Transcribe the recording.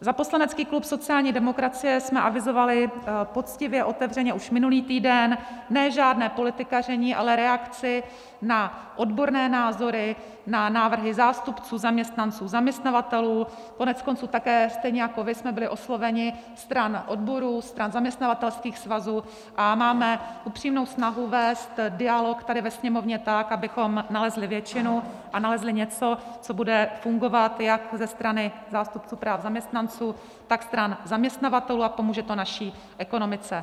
Za poslanecký klub sociální demokracie jsme avizovali poctivě a otevřeně už minulý týden ne žádné politikaření, ale reakci na odborné názory, na návrhy zástupců zaměstnanců, zaměstnavatelů, koneckonců také stejně jako vy jsme byli osloveni stran odborů, stran zaměstnavatelských svazů a máme upřímnou snahu vést dialog tady ve Sněmovně tak, abychom nalezli většinu a nalezli něco, co bude fungovat jak ze strany zástupců práv zaměstnanců tak, stran zaměstnavatelů a pomůže to naší ekonomice.